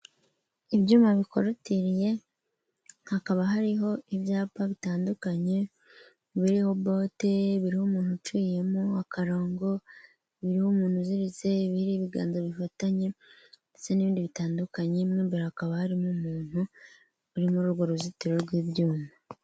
Ibyuma bikorotiriye hakaba hariho ibyapa bitandukanye biriho bote, biriho umuntu uciyemo akarongo, biriho umuntu uziritse, biriho ibiganza bifatanye ndetse n'ibindi bitandukanye, mo imbere hakaba harimo umuntu uri muri urwo ruzitiro rw'ibyuma.